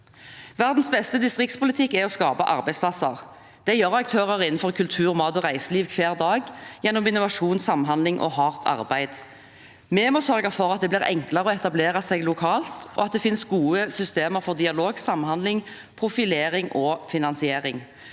Verdens beste distriktspolitikk er å skape arbeidsplasser. Det gjør aktører innen kultur, mat og reiseliv hver dag, gjennom innovasjon, samhandling og hardt arbeid. Vi må sørge for at det blir enklere å etablere seg lokalt, og at det finnes gode systemer for dialog, samhandling, profilering og finansiering.